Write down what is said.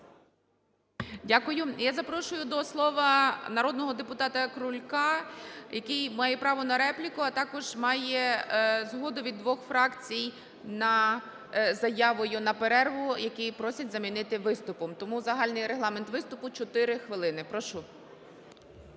Дякую. Я запрошую до слова народного депутата Крулька, який має право на репліку, а також має згоду від двох фракцій на… заявою на перерву, яку просять замінити виступом. Тому загальний Регламент виступу – 4 хвилини. Прошу.